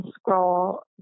scroll